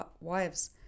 wives